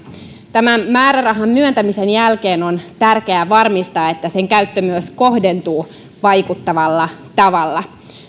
tämän määrärahan myöntämisen jälkeen on tärkeää varmistaa että sen käyttö myös kohdentuu vaikuttavalla tavalla